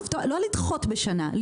לא לדחות בשנה,